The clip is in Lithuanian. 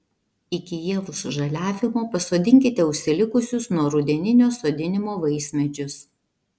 iki ievų sužaliavimo pasodinkite užsilikusius nuo rudeninio sodinimo vaismedžius